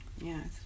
yes